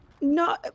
No